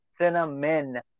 Cinnamon